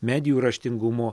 medijų raštingumo